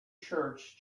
church